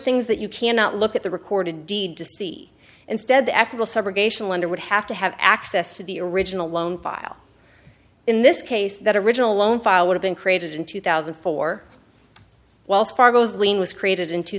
things that you cannot look at the record indeed to see instead the ethical subrogation lender would have to have access to the original loan file in this case that original loan file would have been created in two thousand and four whilst fargo's lien was created in two